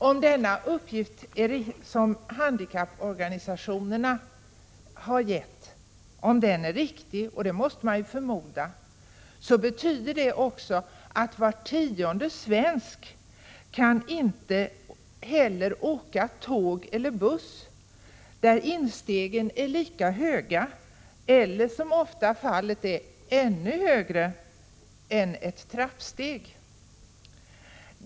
Om denna uppgift från handikapporganisationerna är riktig, vilket man måste förmoda, betyder det att var tionde svensk inte heller kan åka tåg eller buss där instegen är lika höga eller — som ofta fallet är — ännu högre än trappsteg.